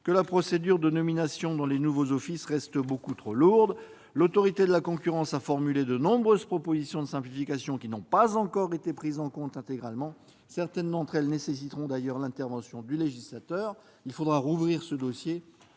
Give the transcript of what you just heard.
que la procédure de nomination dans les nouveaux offices reste beaucoup trop lourde. L'Autorité de la concurrence a formulé de nombreuses propositions de simplification qui n'ont pas encore été prises en compte intégralement. Certaines d'entre elles nécessiteront d'ailleurs l'intervention du législateur. Il faudra rouvrir ce dossier.,